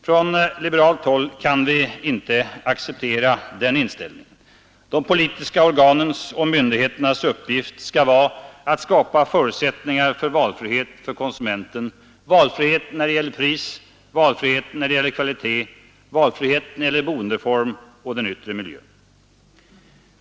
Från liberalt håll kan vi inte acceptera den inställningen. De politiska organens och myndigheternas uppgift skall vara att skapa förutsättningar för valfrihet för konsumenten, valfrihet när det gäller pris, kvalitet, boendeform och yttre miljö.